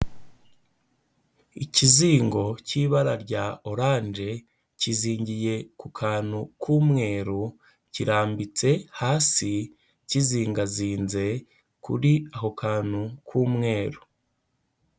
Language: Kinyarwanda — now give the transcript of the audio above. Ikizingo cy'ibara rya oranje kizingiye ku kantu k'umweru, kirambitse hasi kizingazinze kuri ako kantu k'umweru.